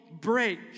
break